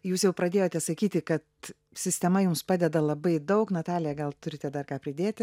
jūs jau pradėjote sakyti kad sistema jums padeda labai daug natalija gal turite dar ką pridėti